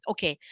Okay